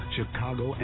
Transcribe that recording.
Chicago